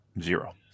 Zero